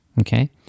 Okay